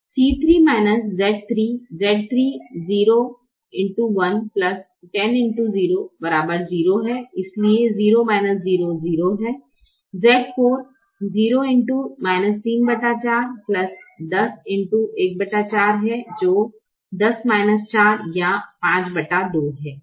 C3 Z3 Z3 0 है इसलिए 0 है Z4 0x 34 10x 14 है जो 104 या 52 है